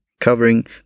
covering